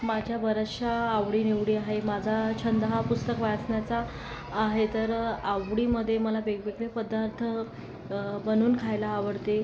माझ्या बऱ्याचशा आवडीनिवडी आहे माझा छंद हा पुस्तक वाचण्याचा आहे तर आवडीमध्ये मला वेगवेगळे पदार्थ बनवून खायला आवडते